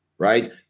right